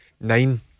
nine